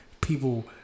people